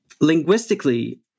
Linguistically